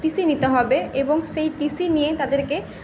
TC নিতে হবে এবং সেই টিসি নিয়ে তাদেরকে